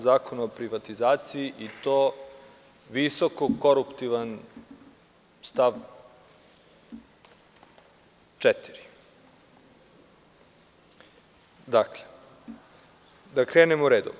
Zakona o privatizaciji i to visoko-koruptivan i to stav 4. Dakle, da krenemo redom.